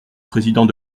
président